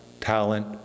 talent